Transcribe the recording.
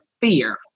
fear